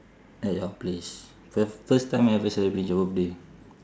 at your place fir~ first time you ever celebrate your birthday